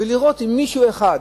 ולראות אם מישהו אחד